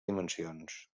dimensions